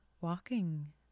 walking